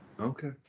Okay